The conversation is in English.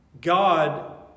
God